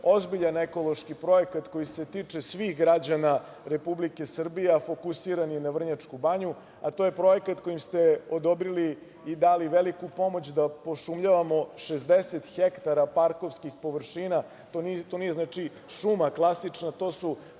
ozbiljan ekološki projekat koji se tiče svih građana Republike Srbije, a fokusiran je na Vrnjačku Banju. To je projekat kojim ste odobrili i dali veliku pomoć da pošumljavamo 60 hektara parkovskih površina. To nije klasična šuma, to su